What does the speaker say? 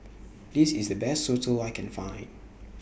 This IS The Best Soto I Can Find